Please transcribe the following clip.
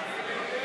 יש לי